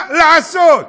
מה לעשות?